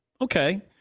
okay